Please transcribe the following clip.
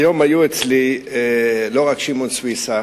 היום היו אצלי לא רק שמעון סוויסה,